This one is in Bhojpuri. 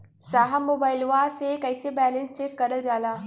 साहब मोबइलवा से कईसे बैलेंस चेक करल जाला?